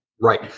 Right